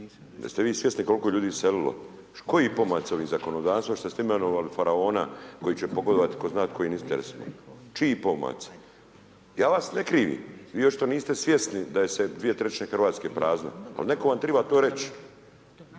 jeste vi svjesni kolko je ljudi iselilo, koji pomaci ovih zakonodavstva što ste imenovali faraona koji će pogodovati tko zna kojim interesima, čiji pomaci, ja vas ne krivim. Vi još to niste svjesni da je 2/3 Hrvatske prazno, al neko vam triba to reć.